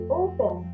open